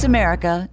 America